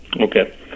Okay